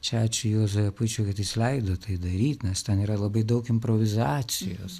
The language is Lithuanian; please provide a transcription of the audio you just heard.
čia ačiū juozui apučiui kad jis leido tai daryt nes ten yra labai daug improvizacijos